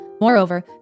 Moreover